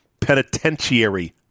penitentiary